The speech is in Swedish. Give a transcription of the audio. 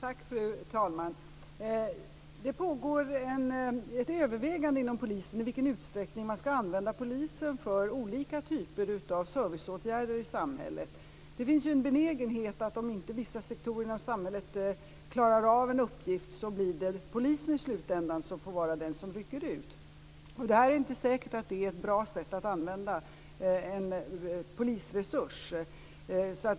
Fru talman! Det pågår ett övervägande inom polisen när det gäller i vilken utsträckning man skall använda polisen för olika typer av serviceåtgärder i samhället. Det finns en benägenhet att det i slutändan blir polisen som får rycka ut om vissa sektorer i samhället inte klarar av en uppgift. Det är inte säkert att det är ett bra sätt att använda en polisresurs.